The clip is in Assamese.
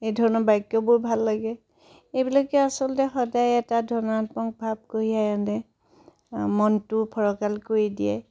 এই ধৰণৰ বাক্যবোৰ ভাল লগে এইবিলাকে আচলতে সদায় এটা ধনাত্মক ভাৱ কঢ়িয়াই আনে মনটো ফৰকাল কৰি দিয়ে